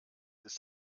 ist